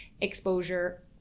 exposure